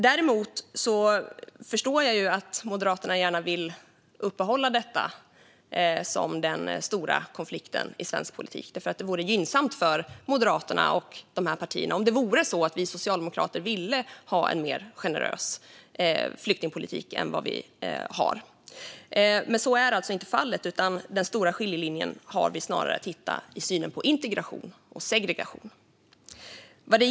Jag förstår dock att Moderaterna vill upprätthålla detta som en stor konflikt i svensk politik, för det vore gynnsamt för Moderaterna med flera partier om vi socialdemokrater ville ha en mer generös flyktingpolitik än vad vi faktiskt har. Men så är alltså inte fallet, utan den stora skiljelinjen hittar vi snarare i synen på integration och segregation.